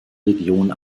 region